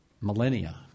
millennia